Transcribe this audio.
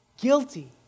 guilty